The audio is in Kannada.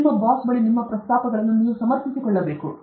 ನಿಮ್ಮ ಬಾಸ್ಗೆ ನಿಮ್ಮ ಪ್ರಸ್ತಾಪಗಳನ್ನು ನೀವು ಸಮರ್ಥಿಸಿಕೊಳ್ಳಬೇಕು